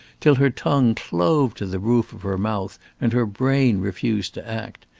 till her tongue clove to the roof of her mouth, and her brain refused to act.